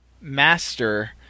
Master